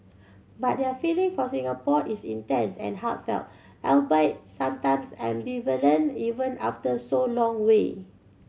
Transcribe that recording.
but their feeling for Singapore is intense and heartfelt albeit sometimes ambivalent even after so long way